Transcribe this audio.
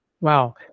Wow